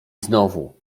znowu